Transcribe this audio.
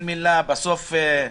בסוף הוא